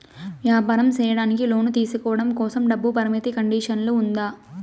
వ్యాపారం సేయడానికి లోను తీసుకోవడం కోసం, డబ్బు పరిమితి కండిషన్లు ఉందా?